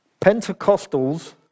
Pentecostals